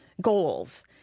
goals